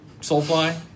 soulfly